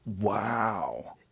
Wow